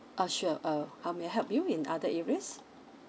ah sure uh how may I help you in other areas